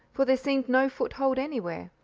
for there seemed no foothold anywhere.